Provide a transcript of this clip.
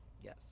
yes